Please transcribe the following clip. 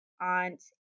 aunt